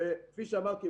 שכפי שאמרתי,